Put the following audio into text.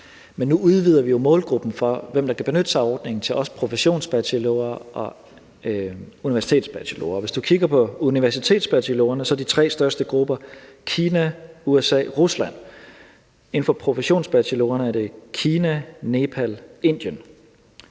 Men nu udvider vi jo målgruppen for, hvem der kan benytte sig af ordningen, til også at inkludere professionsbachelorer og universitetsbachelorer. Hvis du kigger på universitetsbachelorerne, kommer de tre største grupper fra Kina, USA og Rusland. Inden for professionsbachelorerne er det Kina, Nepal og Indien.